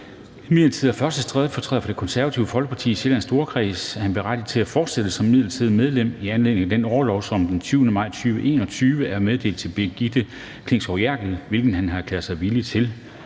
imidlertid er 1. stedfortræder for Det Konservative Folkeparti i Sjællands Storkreds, er han berettiget til at fortsætte som midlertidigt medlem i anledning af den orlov, der den 20. maj 2021 er meddelt Brigitte Klintskov Jerkel (KF), hvilket han har erklæret sig villig til.